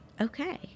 Okay